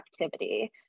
activity